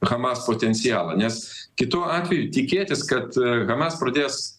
hamas potencialą nes kitu atveju tikėtis kad hamas pradės